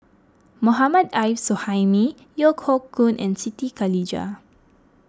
Mohammad Arif Suhaimi Yeo Hoe Koon and Siti Khalijah